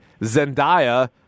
Zendaya